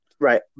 Right